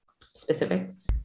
specifics